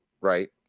right